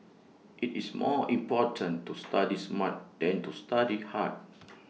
IT is more important to study smart than to study hard